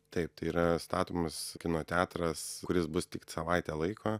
taip tai yra statomas kino teatras kuris bus tik savaitę laiko